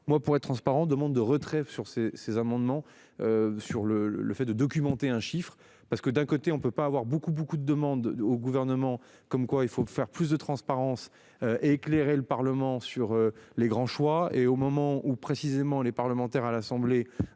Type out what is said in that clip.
moi pour être transparent demande de retrait sur ces ces amendements. Sur le le le fait de documenter un chiffre parce que d'un côté, on ne peut pas avoir beaucoup beaucoup de demandes au gouvernement comme quoi il faut faire plus de transparence. Éclairer le Parlement sur les grands choix et au moment où précisément les parlementaires à l'Assemblée